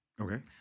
Okay